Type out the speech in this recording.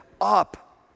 up